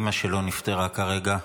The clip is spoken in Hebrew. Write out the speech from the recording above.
אימא שלו נפטרה כרגע,